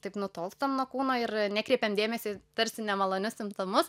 taip nutolstam nuo kūno ir nekreipiam dėmesio į tarsi nemalonius simptomus